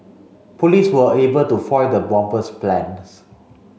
police were able to foil the bomber's plans